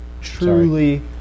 truly